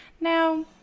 Now